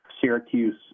Syracuse